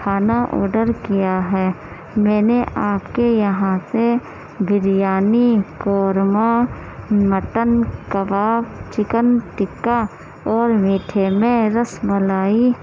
کھانا آڈر کیا ہے میں نے آپ کے یہاں سے بریانی قورمہ مٹن کباب چکن ٹکا اور میٹھے میں رس ملائی